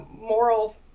moral